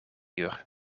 uur